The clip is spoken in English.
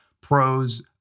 pros